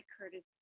courtesy